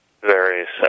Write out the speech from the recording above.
Various